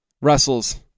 wrestles